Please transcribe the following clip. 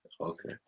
Okay